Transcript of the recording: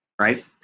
right